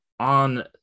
on